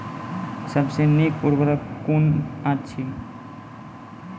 सबसे नीक उर्वरक कून अछि?